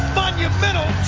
monumental